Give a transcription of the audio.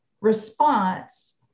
response